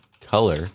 color